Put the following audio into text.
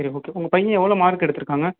சரி ஓகே உங்க பையன் எவ்வளோ மார்க் எடுத்துருக்காங்க